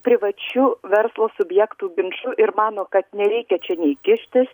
privačiu verslo subjektų ginču ir mano kad nereikia čia nei kištis